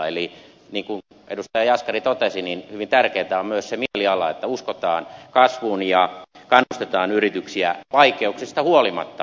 eli niin kuin edustaja jaskari totesi niin hyvin tärkeätä on myös se mieliala että uskotaan kasvuun ja kannustetaan yrityksiä vaikeuksista huolimatta tulevaisuuteen